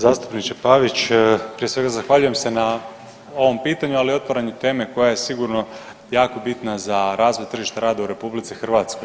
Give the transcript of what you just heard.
Zastupniče Pavić, prije svega zahvaljujem se na ovom pitanju, ali i otvaranju teme koja je sigurno jako bitna za razvoj tržišta rada u RH.